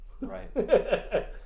right